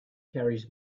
carries